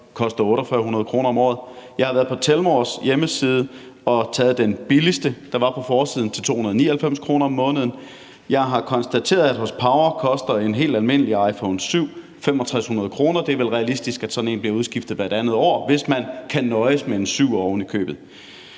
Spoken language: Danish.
koster 4.800 kr. om året. Jeg har været på Telmores hjemmeside og valgt den billigste, der var på forsiden, til 299 kr. om måneden. Jeg har konstateret, at en helt almindelig iPhone 7 hos POWER koster 6.500 kr. Det er vel realistisk, at sådan en bliver udskiftet hvert andet år, hvis man altså kan nøjes med en iPhone 7.